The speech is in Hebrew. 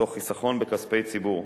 ותוך חיסכון בכספי ציבור.